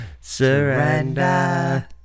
Surrender